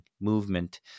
movement